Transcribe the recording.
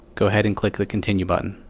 go ahead and click the continue button.